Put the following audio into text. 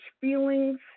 feelings